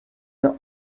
your